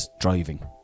driving